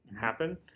happen